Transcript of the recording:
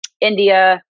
India